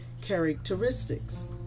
characteristics